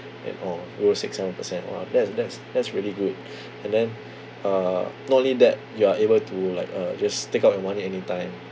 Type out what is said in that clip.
and orh rose six seven percent !wah! that's that's that's really good and then uh not only that you are able to like uh just take out your money anytime